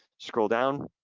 scroll down,